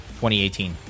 2018